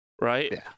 Right